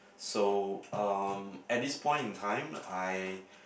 so um at this point in time I